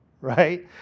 Right